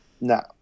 No